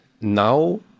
now